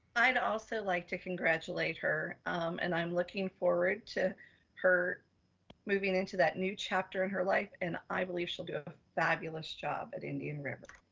i'd also like to congratulate her and i'm looking forward to her moving into that new chapter in her life. and i believe she'll do a fabulous job at indian river.